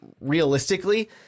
realistically